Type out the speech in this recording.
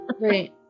right